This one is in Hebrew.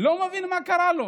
אני לא מבין מה קרה לו.